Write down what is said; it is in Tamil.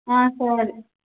ஆ சரி